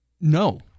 No